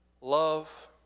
love